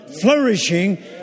flourishing